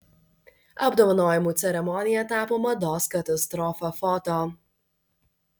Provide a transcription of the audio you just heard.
apdovanojimų ceremonija tapo mados katastrofa foto